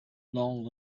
long